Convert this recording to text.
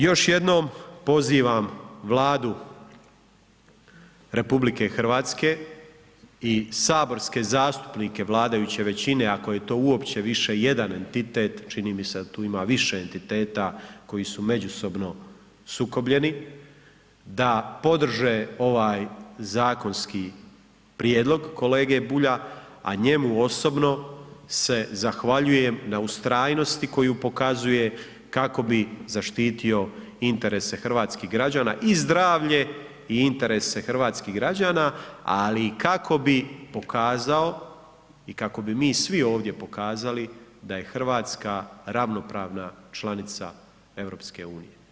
Još jednom pozivam Vladu RH i saborske zastupnike vladajuće većine, ako je to uopće više jedan entitet, čini mi se da tu ima više entiteta koji su međusobno sukobljeni, da podrže ovaj zakonski prijedlog kolege Bulja, a njemu osobno se zahvaljujem na ustrajnosti koju pokazuje kako bi zaštitio interese hrvatskih građana i zdravlje i interese hrvatskih građana, ali i kako bi pokazao i kako bi mi svi ovdje pokazali da je Hrvatska ravnopravna članica EU.